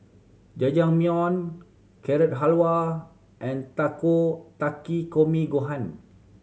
Jajangmyeon Carrot Halwa and Takikomi Gohan